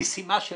המשימה של